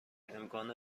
امکان